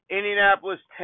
Indianapolis